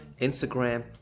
Instagram